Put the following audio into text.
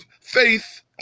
faith